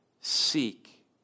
Seek